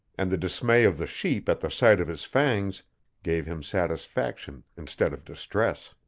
and the dismay of the sheep at the sight of his fangs gave him satisfaction instead of distress.